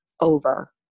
over